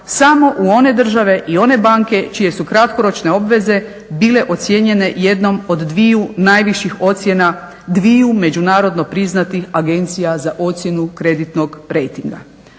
samo u one države i one banke čije su kratkoročne obveze bile ocjenjene jednom od dviju najviših ocjena, dviju međunarodno priznatih agencija za ocjenu kreditnog rejtinga.